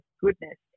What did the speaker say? goodness